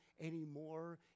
anymore